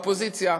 האופוזיציה.